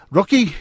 Rocky